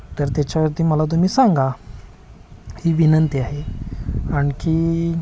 तर त्याच्यावरती मला तुम्ही सांगा ही विनंती आहे आणखी